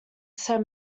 said